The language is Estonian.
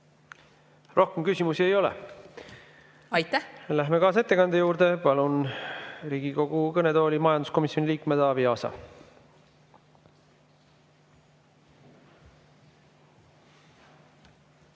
Rohkem küsimusi ei ole. Läheme kaasettekande juurde. Palun Riigikogu kõnetooli majanduskomisjoni liikme Taavi Aasa.